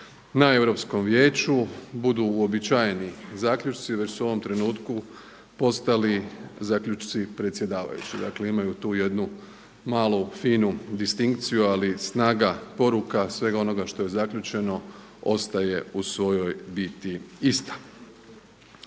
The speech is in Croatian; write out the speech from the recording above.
na Europskom vijeću budu uobičajeni zaključci već su u ovom trenutku postali zaključci predsjedavajući. Dakle, imaju tu jednu malu, finu distinkciju ali snaga poruka, svega onoga što je zaključeno ostaje u svojoj biti ista.